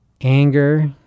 anger